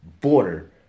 border